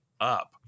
up